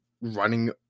running